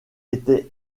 étaient